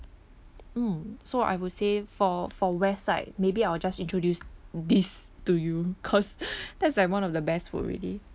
mm so I would say for for west side maybe I will just introduce this to you cause that's like one of the best food already